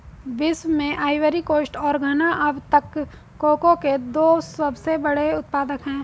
विश्व में Ivory Coast और घना अब तक कोको के दो सबसे बड़े उत्पादक है